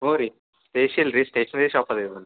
ಹ್ಞೂ ರೀ ಸ್ಪೇಷಲ್ ರೀ ಸ್ಟೇಷನರಿ ಶಾಪಲ್ಲಾ